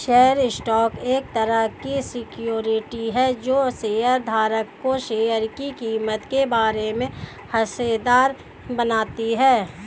share stock एक तरह की सिक्योरिटी है जो शेयर धारक को शेयर की कीमत के बराबर हिस्सेदार बनाती है